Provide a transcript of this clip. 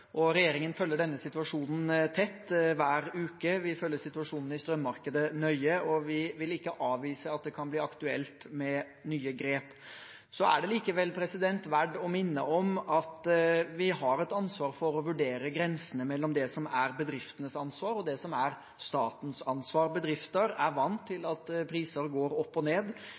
og regjeringen følger denne situasjonen tett hver uke. Vi følger situasjonen i strømmarkedet nøye, og vi vil ikke avvise at det kan bli aktuelt med nye grep. Det er likevel verd å minne om at vi har et ansvar for å vurdere grensene mellom det som er bedriftenes ansvar, og det som er statens ansvar. Bedriftene er vant til at prisene går opp og ned.